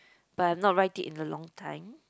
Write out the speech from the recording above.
but not write it in a long time